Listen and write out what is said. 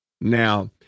Now